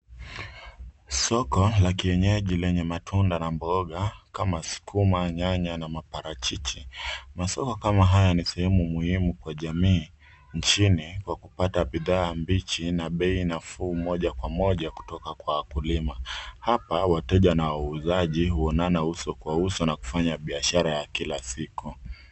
Soko la kienyeji lenye matunda na mboga kama sukumawiki, nyanya na maparachichi. Masoko kama haya ni sehemu muhimu kwa jamii nchini kupata bidhaa mbichi na bei nafuu moja kwa moja kutoka kwa wakulima. Hapa wateja na wauzaji huonana uso kwa uso na kufanya biashara ya kila siku.